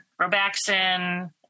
robaxin